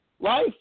Life